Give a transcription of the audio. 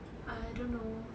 I don't know